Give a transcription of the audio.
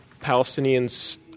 Palestinians